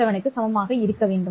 67 க்கு சமமாக இருக்க வேண்டும்